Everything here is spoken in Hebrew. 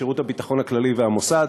שירות הביטחון הכללי והמוסד.